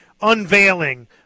unveiling